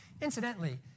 Incidentally